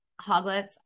hoglets